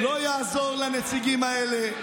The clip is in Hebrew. לא יעזור לנציגים האלה.